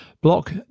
Block